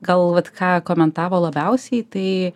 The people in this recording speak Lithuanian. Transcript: gal vat ką komentavo labiausiai tai